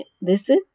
listen